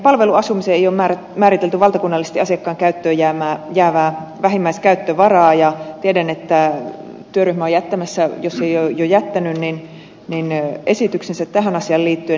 palveluasumiseen ei ole määritelty valtakunnallisesti asiakkaan käyttöön jäävää vähimmäiskäyttövaraa ja tiedän että työryhmä on jättämässä jos ei ole jo jättänyt esityksensä tähän asiaan liittyen